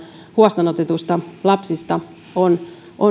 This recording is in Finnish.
huostaanotetuissa lapsissa on